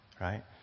Right